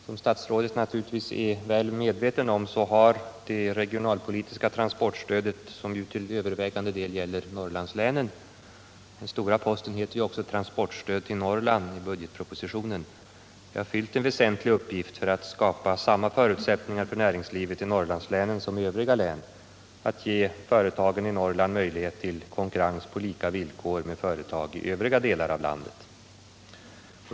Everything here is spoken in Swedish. Som statsrådet naturligtvis är väl medveten om har det regionalpolitiska transportstödet, som till övervägande del gäller Norrlandslänen — den stora posten heter ju också ”Transportstöd för Norrland” i budgetpropositionen — fyllt en väsentlig uppgift för att skapa samma förutsättningar för näringslivet i Norrlandslänen som i övriga län och för att ge företagen i Norrland möjlighet till konkurrens på lika villkor med företag i övriga delar av landet.